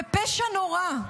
זה פשע נורא,